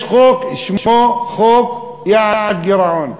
יש חוק, שמו: חוק יעד גירעון.